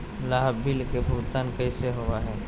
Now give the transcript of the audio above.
लाभ बिल के भुगतान कैसे होबो हैं?